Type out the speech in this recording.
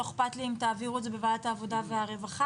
לא אכפת לי אם תעבירו את זה בוועדת העבודה והרווחה,